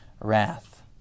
wrath